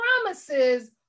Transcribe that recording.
promises